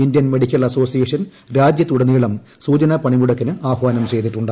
Indian medical association രാജ്യത്തുടനീളം സൂചനാ പണിമുടക്കിന് ആഹ്വാനം ചെയ്തിട്ടുണ്ട്